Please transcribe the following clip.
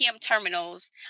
terminals